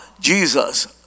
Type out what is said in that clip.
Jesus